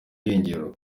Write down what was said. irengero